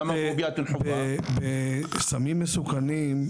בסמים מסוכנים,